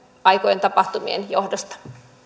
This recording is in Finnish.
aikojen tapahtumien johdosta